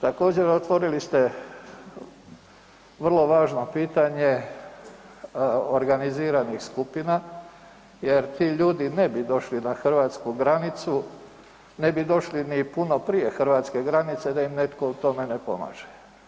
Također otvorili ste vrlo važno pitanje organiziranih skupina jer ti ljudi ne bi došli na hrvatsku granicu, ne bi došli ni puno prije hrvatske granice da im netko u tome ne pomaže.